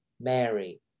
Mary